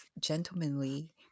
gentlemanly